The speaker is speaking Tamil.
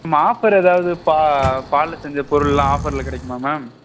ஆமாம் ஆஃபர் ஏதாவது பா பாலில் செஞ்ச பொருள்லாம் ஆஃபரில் கிடைக்குமா மேம்